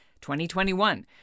2021